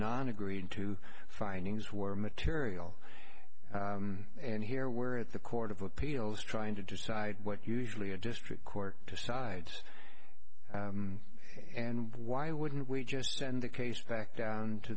non agreed to findings were material and here we're at the court of appeals trying to decide what usually a district court decides and why wouldn't we just send the case back